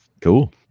Cool